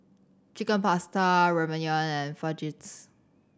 Chicken Pasta Ramyeon and Fajitas